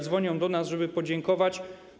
Dzwonią do nas, żeby podziękować.